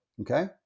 okay